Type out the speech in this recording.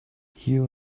you